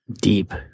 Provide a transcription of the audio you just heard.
Deep